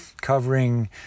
covering